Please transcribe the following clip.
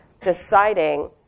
deciding